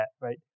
right